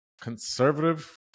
conservative